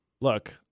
Look